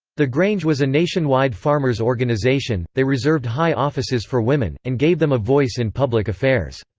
the grange was a nationwide farmers' organization, they reserved high offices for women, and gave them a voice in public affairs.